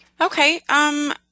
Okay